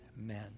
Amen